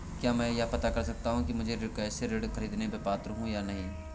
क्या मैं यह पता कर सकता हूँ कि मैं कृषि ऋण ख़रीदने का पात्र हूँ या नहीं?